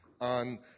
on